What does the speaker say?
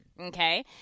Okay